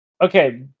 Okay